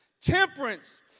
temperance